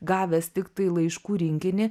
gavęs tiktai laiškų rinkinį